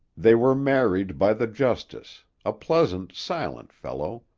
they were married by the justice, a pleasant, silent fellow,